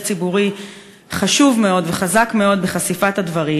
ציבורי חשוב מאוד וחזק מאוד בחשיפת הדברים.